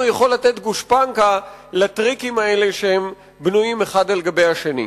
יכול לתת גושפנקה לטריקים האלה שבנויים אחד על השני.